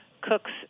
cooks